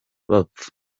bapfa